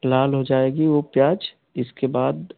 लाल हो जाएगी वह प्याज़ इसके बाद